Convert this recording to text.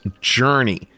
Journey